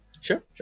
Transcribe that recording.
Sure